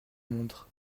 montre